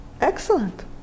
Excellent